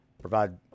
provide